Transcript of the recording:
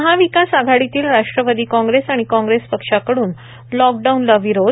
महाविकास आघाडीतील राष्ट्रवादी कोंग्रेस आणि कोंग्रेस पक्षाकड्न लॉकडाउनला विरोध